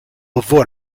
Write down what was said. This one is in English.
avoid